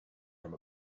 from